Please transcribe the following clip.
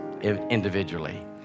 individually